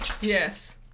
yes